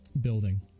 building